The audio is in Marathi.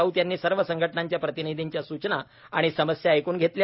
राऊत यांनी सर्व संघटनांच्या प्रतिनिधींच्या सुचना आणि समस्या ऐकन घेतल्या